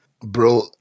Bro